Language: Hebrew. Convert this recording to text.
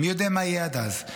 מי יודע מה יהיה עד אז.